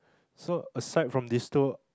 so aside from these two